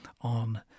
on